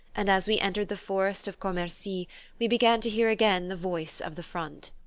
and as we entered the forest of commercy we began to hear again the voice of the front.